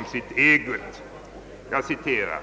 I yttrandet heter det: